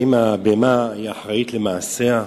האם הבהמה אחראית למעשיה?